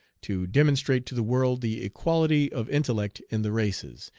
to demonstrate to the world the equality of intellect in the races,